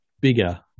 bigger